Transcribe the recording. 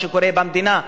מה שקורה במדינה,